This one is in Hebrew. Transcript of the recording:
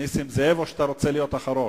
נסים זאב, או שאתה רוצה להיות אחרון?